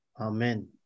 Amen